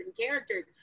characters